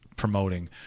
promoting